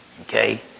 Okay